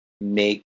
make